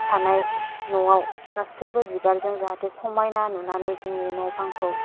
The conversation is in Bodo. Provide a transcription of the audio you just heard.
थानाय न'आव गासैबो बिबारजों जाहाथे समायना नुनानै जोंनि न' बांखौ